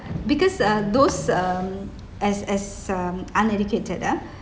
because uh those um as as um uneducated ah